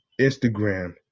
Instagram